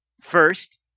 first